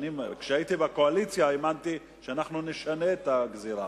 כשהייתי בקואליציה, האמנתי שאנחנו נשנה את הגזירה.